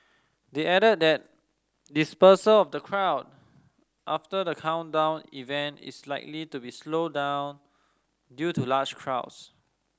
they added that dispersal of the crowd after the countdown event is likely to be slow down due to large crowds